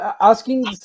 Asking